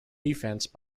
defence